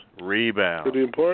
rebound